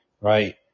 right